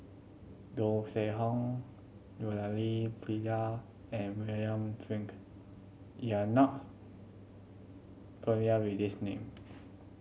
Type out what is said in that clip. Goh Seng Hong Murali Pillai and William Flint you are not familiar with these name